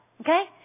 okay